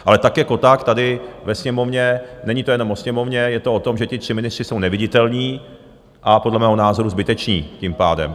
Ale tak jako tak tady ve Sněmovně, není to jenom o Sněmovně, je to o tom, že ti tři ministři jsou neviditelní, a podle mého názoru zbyteční tím pádem.